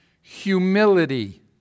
humility